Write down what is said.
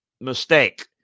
mistake